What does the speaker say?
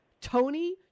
Tony